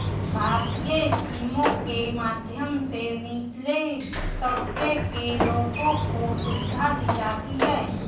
भारतीय स्कीमों के माध्यम से निचले तबके के लोगों को सुविधा दी जाती है